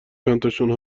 چندتاشون